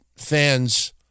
fans